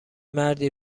مردی